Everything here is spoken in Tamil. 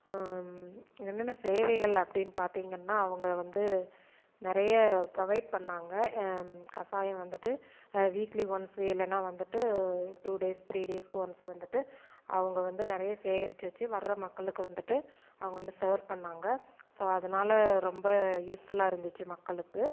என்னென்ன சேவைகள் அப்படின்னு பார்த்தீங்கன்னா அவங்கள வந்து நிறையா புரொவைட் பண்ணிணாங்க கசாயம் வந்துட்டு வீக்லி ஒன்ஸ் இல்லைனா வந்துட்டு டூ டேஸ் திரீ டேஸ்க்கு ஒன்ஸ் வந்துட்டு அவங்க வந்து நிறையா சேகரித்து வெச்சு வர்ற மக்களுக்கு வந்துட்டு அவங்க வந்து சர்வ் பண்ணிணாங்க ஸோ அதனால் ரொம்ப யூஸ்ஃபுல்லாக இருந்திச்சு மக்களுக்கு